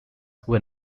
were